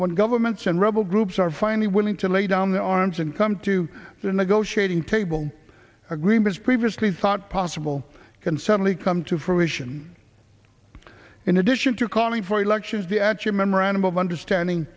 when governments and rebel groups are finally willing to lay down their arms and come to the negotiating table agreements previously thought possible can suddenly come to fruition in addition to calling for elections the actual memorandum of understanding